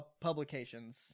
publications